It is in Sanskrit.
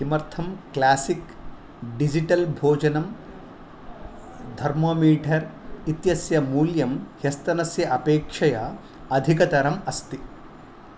किमर्थं क्लासिक् डिजिटल् भोजनम् थर्मोमीटर् इत्यस्य मूल्यं ह्यस्तनस्य अपेक्षया अधिकतरम् अस्ति